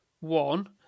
one